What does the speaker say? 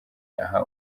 aha